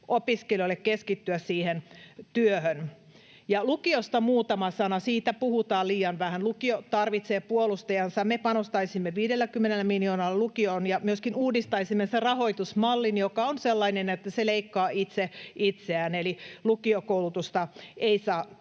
opiskelijoille keskittyä siihen työhön. Lukiosta muutama sana. Siitä puhutaan liian vähän, lukio tarvitsee puolustajansa. Me panostaisimme 50 miljoonalla lukioon ja myöskin uudistaisimme sen rahoitusmallin, joka on sellainen, että se leikkaa itse itseään, eli lukiokoulutusta ei saa